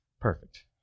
Perfect